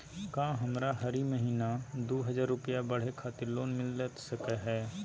का हमरा हरी महीना दू हज़ार रुपया पढ़े खातिर लोन मिलता सको है?